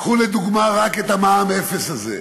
קחו לדוגמה רק את המע"מ אפס הזה,